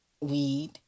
weed